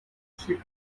she